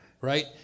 right